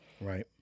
Right